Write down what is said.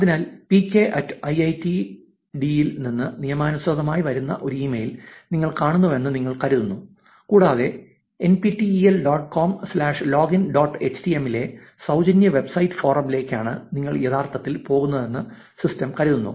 അതിനാൽ പികെഐഐറ്റിടി ൽ നിന്ന് നിയമാനുസൃതമായി വരുന്ന ഒരു ഇ മെയിൽ നിങ്ങൾ കാണുന്നുവെന്ന് നിങ്ങൾ കരുതുന്നു കൂടാതെ N P T E L dot com slash login dot H T M ലെ ഈ സൌജന്യ വെബ്സൈറ്റ് ഫോറം ലേക്കാണ് നിങ്ങൾ യഥാർത്ഥത്തിൽ പോകുന്നതെന്ന് സിസ്റ്റം കരുതുന്നു